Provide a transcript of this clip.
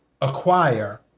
acquire